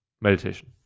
Meditation